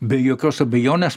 be jokios abejonės